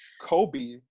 kobe